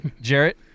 Jarrett